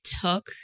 took